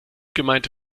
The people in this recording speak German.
gemeinte